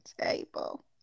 table